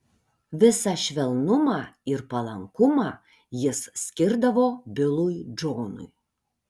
visą švelnumą ir palankumą jis skirdavo bilui džonui